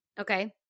Okay